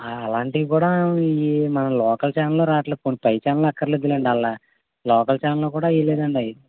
అలాంటియి కూడా ఈ మన లోకల్ ఛానల్లో రాటల్లేదు పోని పై ఛానల్లో అక్కర్లేదులెండి అలా లోకల్ ఛానల్లో కూడా వేయలేదండవి